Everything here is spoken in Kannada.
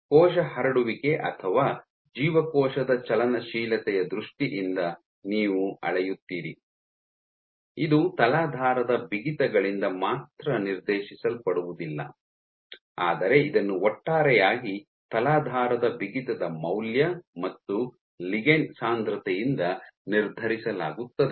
ಕೋಶ ಹರಡುವಿಕೆ ಅಥವಾ ಜೀವಕೋಶದ ಚಲನಶೀಲತೆಯ ದೃಷ್ಟಿಯಿಂದ ನೀವು ಅಳೆಯುತ್ತೀರಿ ಇದು ತಲಾಧಾರದ ಬಿಗಿತಗಳಿಂದ ಮಾತ್ರ ನಿರ್ದೇಶಿಸಲ್ಪಡುವುದಿಲ್ಲ ಆದರೆ ಇದನ್ನು ಒಟ್ಟಾರೆಯಾಗಿ ತಲಾಧಾರದ ಬಿಗಿತದ ಮೌಲ್ಯ ಮತ್ತು ಲಿಗಂಡ್ ಸಾಂದ್ರತೆಯಿಂದ ನಿರ್ಧರಿಸಲಾಗುತ್ತದೆ